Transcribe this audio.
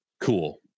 cool